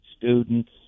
students